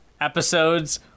episodes